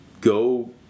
go